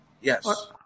Yes